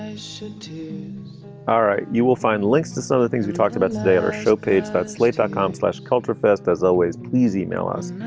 ah should all right. you will find links to some of the things we talked about today on our show page, that slate dot com slash culture fest. as always, please e-mail us.